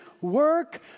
work